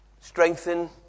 strengthen